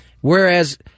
Whereas